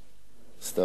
נגעתי לא בזמן.